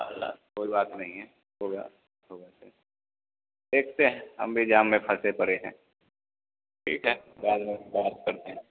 हाला कोई बात नहीं है हो गया तो वैसे देखते हैं हम भी जाम में फँसे पड़े हैं ठीक है बाद में बात करते हैं